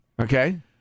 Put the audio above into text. Okay